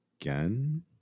again